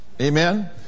Amen